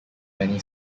many